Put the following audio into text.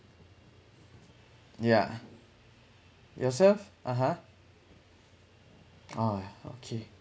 yeah yourself (uh huh) ah yeah okay